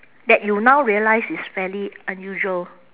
that you now realise is fairly unusual